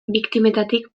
biktimetatik